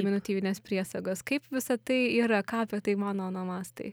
deminutyvinės priesagos kaip visa tai yra ką apie tai mano onomastai